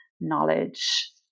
knowledge